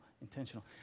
intentional